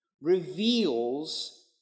reveals